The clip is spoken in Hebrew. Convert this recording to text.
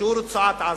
שהוא רצועת-עזה.